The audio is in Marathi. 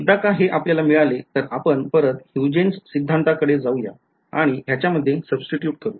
एकदा का हे आपल्याला मिळाले तर आपण परत Huygen's सिद्धांता कडे जाऊ आणि ह्याच्या मध्ये सुब्स्टिटूट करू